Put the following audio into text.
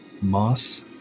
Moss